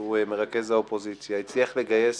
שהוא מרכז האופוזיציה, הצליח לגייס